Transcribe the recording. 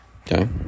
okay